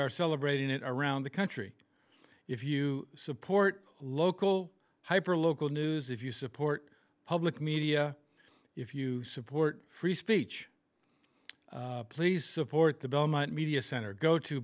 are celebrating it around the country if you support local hyper local news if you support public media if you support free speech please support the belmont media center go to